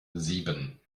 sieben